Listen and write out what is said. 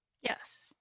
yes